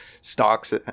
stocks